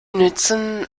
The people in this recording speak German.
nützen